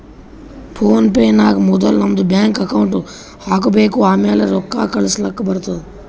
phone pay ನಾಗ್ ಮೊದುಲ್ ನಮ್ದು ಬ್ಯಾಂಕ್ ಅಕೌಂಟ್ ಹಾಕೊಬೇಕ್ ಆಮ್ಯಾಲ ರೊಕ್ಕಾ ಕಳುಸ್ಲಾಕ್ ಬರ್ತುದ್